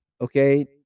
okay